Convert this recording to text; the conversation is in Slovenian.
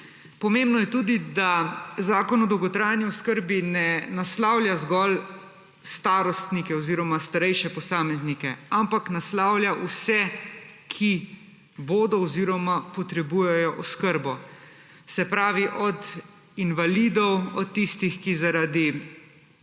Pomembno je tudi, da zakon o dolgotrajni oskrbi ne naslavlja zgolj starostnike oziroma starejše posameznike, ampak naslavlja vse, ki bodo oziroma potrebujejo oskrbo. Se pravi, od invalidov, od tistih, ki zaradi